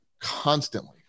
constantly